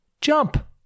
Jump